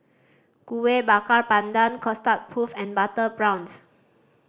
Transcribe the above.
Kueh Bakar Pandan Custard Puff and butter prawns